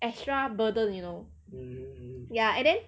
extra burden you know ya and then